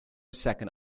second